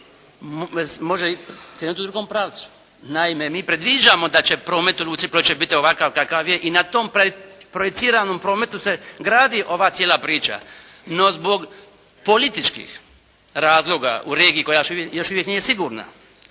može krenuti u drugom pravcu. Naime, mi predviđamo da će promet u Luci Ploče biti ovakav kakav je i na tom projeciranom prometu se gradi ova cijela priča. No, zbog političkih razloga u regiji koja još uvijek nije sigurna,